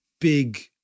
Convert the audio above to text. big